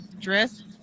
dress